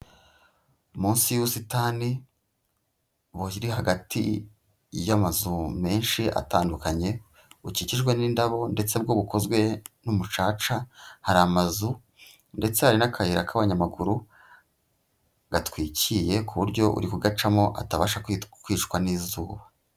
Munsi y'ubusitani buri hagati y'amazu menshi atandukanye bukikijwe n'indabo ndetse bwo bukozwe n'umucaca, hari amazu ndetse hari n'akayira k'abanyamaguru gatwikiye ku buryo uri kugacamo atabasha kwicwa n'izuba.